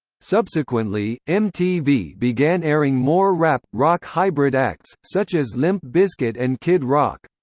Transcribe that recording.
subsequently, mtv began airing more rap rock hybrid acts, such as limp bizkit and kid rock.